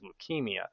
leukemia